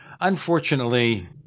unfortunately